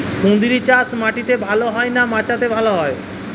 কুঁদরি চাষ মাটিতে ভালো হয় না মাচাতে ভালো হয়?